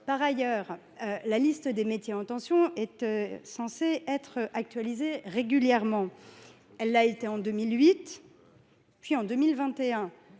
Par ailleurs, la liste des métiers en tension était censée être actualisée régulièrement. Elle l’a été en 2008, puis en 2021.